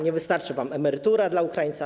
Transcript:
Nie wystarczy wam emerytura dla Ukraińca.